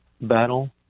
battle